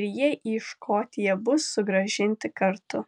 ir jie į škotiją bus sugrąžinti kartu